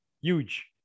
Huge